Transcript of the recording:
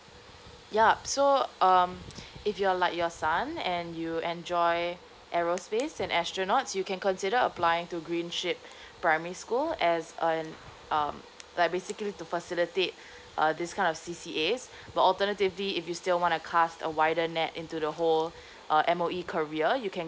yup so um if you're like your son and you enjoy aerospace and astronaut you can consider applying to green ship primary school as an um like basically to facilitate uh this kind of C_C_As but alternatively if you still want to cast a wider net into the whole uh M_O_E career you can